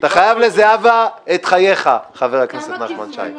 אחמד טיבי